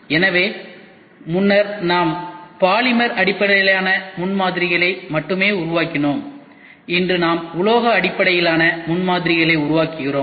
எனவே முன்னர் நாம் பாலிமர் அடிப்படையிலான முன்மாதிரிகளை மட்டுமே உருவாக்கினோம் இன்று நாம் உலோக அடிப்படையிலான முன்மாதிரிகளை உருவாக்குகிறோம்